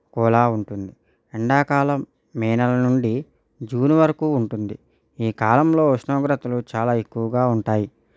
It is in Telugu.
ఒక్కొలా ఉంటుంది ఎండాకాలం మే నెలనుండి జూన్ వరకు ఉంటుంది ఈ కాలంలో ఉష్ణోగ్రతలు చాలా ఎక్కువగా ఉంటాయి